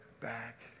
back